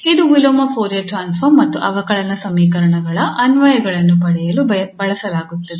ಇದು ವಿಲೋಮ Fourier transform ಮತ್ತು ಅವಕಲನ ಸಮೀಕರಣಗಳ ಅನ್ವಯಗಳನ್ನು ಪಡೆಯಲು ಬಳಸಲಾಗುತ್ತದೆ